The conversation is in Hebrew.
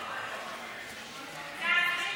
אומרת,